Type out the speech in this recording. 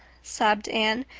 sobbed anne.